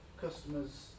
customers